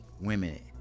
women